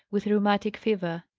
with rheumatic fever,